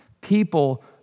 people